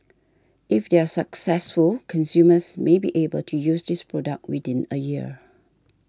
if they are successful consumers may be able to use this product within a year